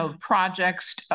projects